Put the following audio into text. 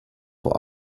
vor